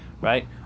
right